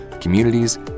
communities